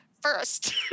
first